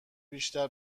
بیشتر